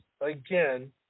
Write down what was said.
again